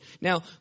Now